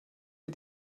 wir